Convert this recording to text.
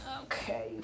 Okay